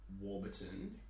Warburton